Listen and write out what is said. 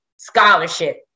scholarship